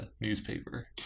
newspaper